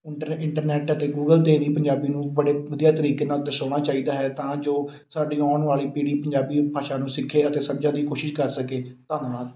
inter internet ਅਤੇ Google 'ਤੇ ਵੀ ਪੰਜਾਬੀ ਨੂੰ ਬੜੇ ਵਧੀਆ ਤਰੀਕੇ ਨਾਲ ਦਰਸਾਉਣਾ ਚਾਹੀਦਾ ਹੈ ਤਾਂ ਜੋ ਸਾਡੀ ਆਉਣ ਵਾਲੀ ਪੀੜੀ ਪੰਜਾਬੀ ਭਾਸ਼ਾ ਨੂੰ ਸਿੱਖੇ ਅਤੇ ਸਮਝਣ ਦੀ ਕੋਸ਼ਿਸ਼ ਕਰ ਸਕੇ ਧੰਨਵਾਦ